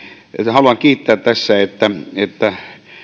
haluan kiittää tässä että että